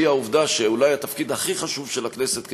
והיא העובדה שאולי התפקיד הכי חשוב של הכנסת כפרלמנט,